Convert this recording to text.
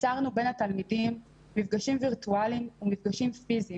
יצרנו בין התלמידים מפגשים וירטואליים ומפגשים פיזיים